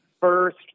first